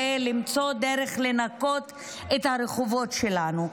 ולמצוא דרך לנקות את הרחובות שלנו.